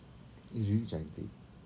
it's really cantik